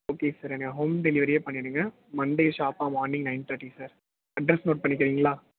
okay sir நீங்கள் home டெலிவரியே பண்ணிவிடுங்க மண்டே ஷாப்பாக morning nine thirty sir address note பண்ணிக்குறீங்களா